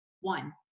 one